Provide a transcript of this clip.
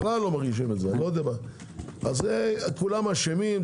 כולם אשמים.